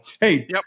hey